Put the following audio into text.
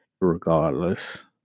regardless